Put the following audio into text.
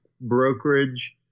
brokerage